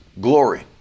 glory